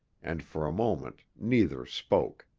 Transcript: and for a moment neither spoke.